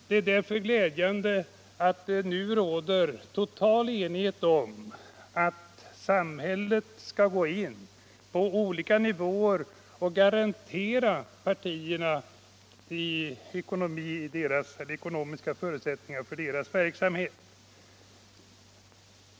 Det är därför glädjande att det nu råder total enighet om att samhället skall gå in på olika nivåer och garantera partierna ekonomiska förutsättningar för deras verksamhet.